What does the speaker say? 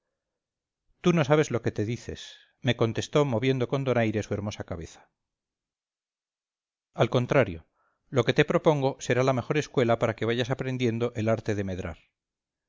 tú no sabes lo que te dices me contestó moviendo con donaire su hermosa cabeza al contrario lo que te propongo será la mejor escuela para que vayas aprendiendo el arte de medrar